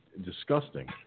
disgusting